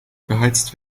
beheizt